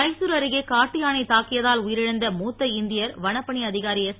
மைதர் அருகே காட்டு யானை தாக்கியதால் உயிரிழந்த மூத்த இந்திய வனப் பணி அதிகாரி எஸ்